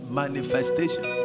manifestation